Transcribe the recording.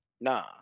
nah